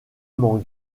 m’en